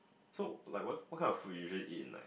so like what what kind of food you usually eat in like